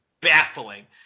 baffling